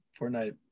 Fortnite